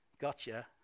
Gotcha